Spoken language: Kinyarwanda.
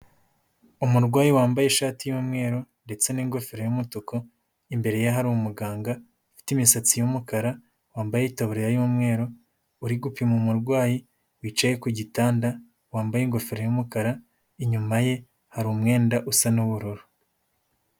Umurwayi wambaye ishati y'umweru ndetse n'ingofero y'umutuku, imbere ye hari umuganga ufite imisatsi y'umukara, wambaye itaburiya y'umweru, uri gupima umurwayi wicaye ku gitanda, wambaye ingofero y'umukara, inyuma ye hari umwenda usa n'ubururu.